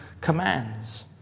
commands